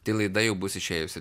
tai laida jau bus išėjusi